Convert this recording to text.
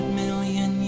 million